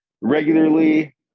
regularly